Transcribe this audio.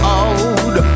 old